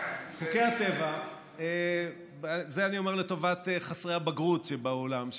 את זה אני אומר לטובת חסרי הבגרות באולם,